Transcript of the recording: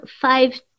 five